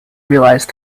realised